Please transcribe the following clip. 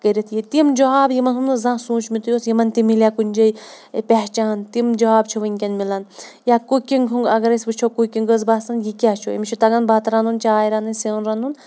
کٔرِتھ یہِ تِم جاب یِمَن ہُنٛد نہٕ زانٛہہ سوٗنٛچمُتُے اوس یِمَن تہِ مِلیٛا کُنہِ جاے پہچان تِم جاب چھُ وٕنۍکٮ۪ن مِلان یا کُکِنٛگ ہُنٛد اگر أسۍ وٕچھو کُکِنٛگ ٲس باسان یہِ کیٛاہ چھُ أمِس چھُ تَگان بَتہٕ رَنُن چاے رَنٕنۍ سیُن رَنُن